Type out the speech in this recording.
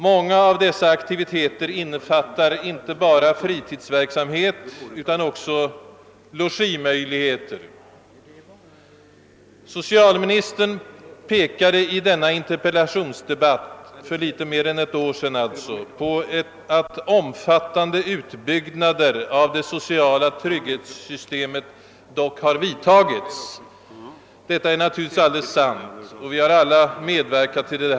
Många av dessa aktiviteter innefattar inte bara fritidsverksamhet utan också logimöjligheter. Socialministern pekade i interpellationsdebatten för något mer än ett år sedan på att omfattande utbyggnader av det sociala trygghetssystemet dock har genomförts. Detta är naturligtvis helt riktigt, och vi har alla medverkat till det.